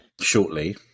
shortly